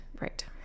right